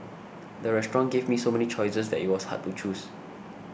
the restaurant gave me so many choices that it was hard to choose